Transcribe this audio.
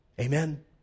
Amen